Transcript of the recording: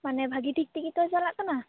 ᱢᱟᱱᱮ ᱵᱷᱟᱹᱜᱤ ᱴᱷᱤᱠ ᱛᱮᱜᱮ ᱛᱚ ᱪᱟᱞᱟᱜ ᱠᱟᱱᱟ